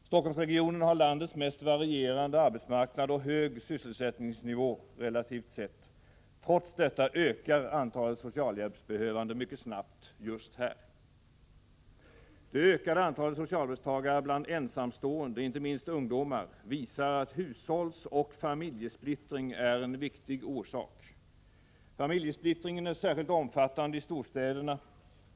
Helsingforssregionen har landets mest varierande arbetsmarknad och hög sysselsättningsnivå relativt sett. Trots detta ökar antalet socialhjälpsbehövande mycket snabbt just här. Det ökade antalet socialhjälpstagare bland ensamstående, inte minst ungdomar, visar att hushållsoch familjesplittring är en viktig orsak. Familjesplittringen är särskilt omfattande i storstäderna.